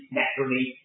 naturally